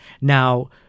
Now